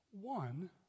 One